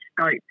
scope